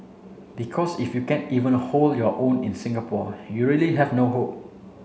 because if you can't even hold your own in Singapore you really have no hope